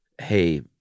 hey